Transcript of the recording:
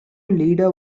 leader